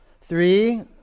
three